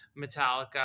Metallica